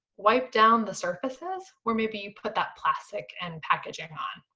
wipe down the surfaces where maybe you put that plastic and packaging on.